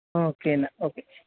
okay എന്നാൽ okay